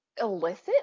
illicit